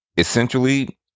Essentially